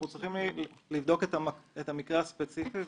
אנחנו צריכים לבדוק את המקרה הספציפי.